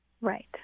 Right